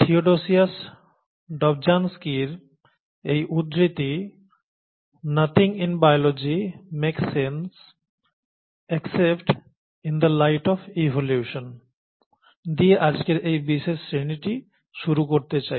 Theodosius ডবঝানস্কির এই উদ্ধৃতি "Nothing in biology makes sense except in the light of evolution" দিয়ে আজকের এই বিশেষ শ্রেণীটি শুরু করতে চাই